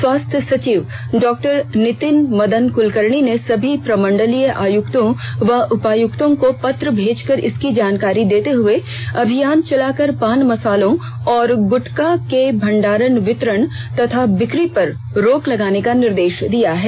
स्वास्थ्य सचिव डॉ नितिन मदन कुलकर्णी ने सभी प्रमंडलीय आयुक्तों व उपायुक्तों को पत्र भेजकर इसकी जानकारी देते हुए अभियान चलाकर पान मसालों और गुटखा के भंडारण वितरण तथा बिक्री पर रोक लगाने का निर्देश दिया है